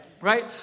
Right